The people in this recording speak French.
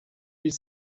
huit